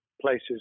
places